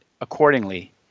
accordingly